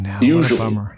Usually